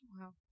Wow